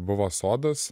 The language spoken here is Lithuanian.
buvo sodas